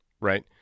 right